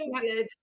good